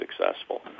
successful